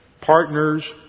partners